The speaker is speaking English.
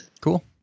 Cool